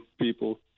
people